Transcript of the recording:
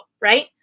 right